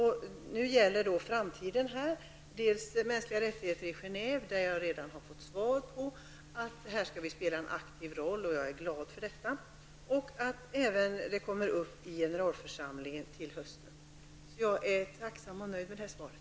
Inför framtiden gäller dels mötet om mänskliga rättigheter i Genève. Utrikesministern har redan sagt att Sverige där skall spela en aktiv roll, och jag är glad för detta. Det är också viktigt att ärendet till hösten kommer upp i FNs generalförsamling. Jag är tacksam och nöjd med det svaret.